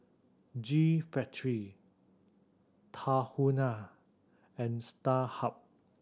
G Factory Tahuna and Starhub